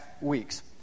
weeks